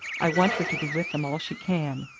i want her to be with them all she can.